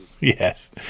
Yes